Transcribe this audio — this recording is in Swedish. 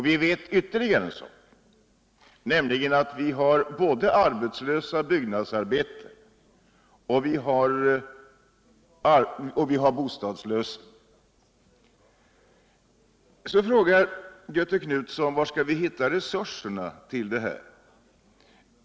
Vi vet ytterligare en sak, nämligen att vi har både arbetslösa byggnadsarbetare och bostadslösa. Så frågar Göthe Knutson: Var skall vi hitta resurser till detta?